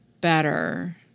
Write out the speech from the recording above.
better